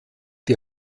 die